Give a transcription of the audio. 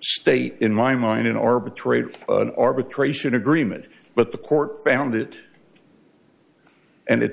state in my mind an arbitrator arbitration agreement but the court found it and it